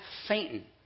Satan